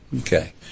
Okay